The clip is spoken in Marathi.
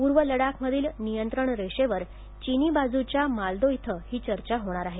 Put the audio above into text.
पूर्व लडाखमधील नियंत्रण रेषेवर चिनी बाजूच्या मोल्दो इथं ही चर्चा होणार आहे